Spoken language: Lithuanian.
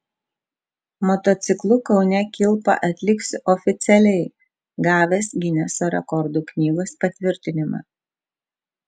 motociklu kaune kilpą atliksiu oficialiai gavęs gineso rekordų knygos patvirtinimą